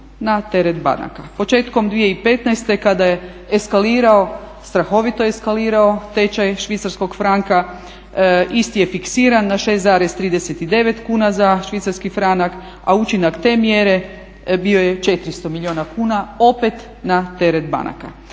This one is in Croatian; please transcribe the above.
na teret banaka. Početkom 2015.kada je eskalirao, strahovito eskalirao tečaj švicarskog franka, isti je fiksiran na 6,39 kuna za švicarski franak, a učinak te mjere bio je 400 milijuna kuna opet na teret banaka.